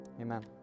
Amen